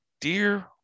Dear